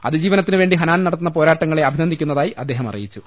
അതിജീവനത്തിനു വേണ്ടി ഹനാൻ നടത്തുന്ന പോരാട്ടങ്ങളെ അഭിനന്ദിക്കുന്നതായി അദ്ദേഹം അറിയിച്ചു